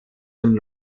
dem